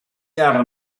jahre